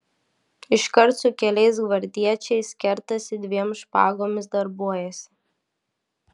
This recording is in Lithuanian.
iškart su keliais gvardiečiais kertasi dviem špagomis darbuojasi